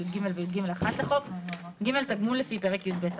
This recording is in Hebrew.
י"ג ו-י"ג1 לחוק; תגמול לפי פרק י"ב לחוק.